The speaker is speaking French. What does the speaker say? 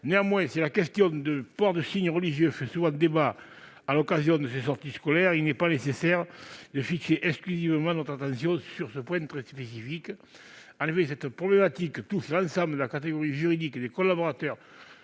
Néanmoins, si la question du port de signes religieux lors des sorties scolaires fait souvent débat, il n'est pas nécessaire de fixer exclusivement notre attention sur ce point très spécifique. En effet, cette problématique touche l'ensemble de la catégorie juridique des collaborateurs